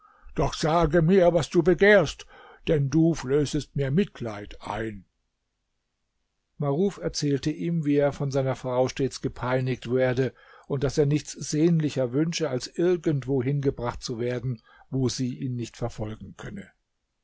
doch sage mir was du begehrst denn du flößest mir mitleid ein maruf erzählte ihm wie er von seiner frau stets gepeinigt werde und daß er nichts sehnlicher wünsche als irgendwo hingebracht zu werden wo sie ihn nicht verfolgen könne